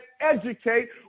educate